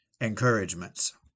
encouragements